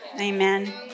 Amen